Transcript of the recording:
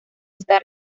está